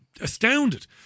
astounded